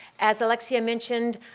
as alexia mentioned,